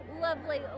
lovely